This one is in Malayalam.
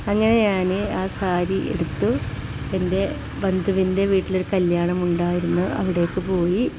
അങ്ങനെ ഞാന് ആ സാരി ഉടുത്തു എൻ്റെ ബന്ധുവിൻ്റെ വീട്ടിലൊരു കല്യാണം ഉണ്ടായിരുന്നു അവിടേക്ക് പോയി